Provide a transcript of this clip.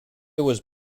was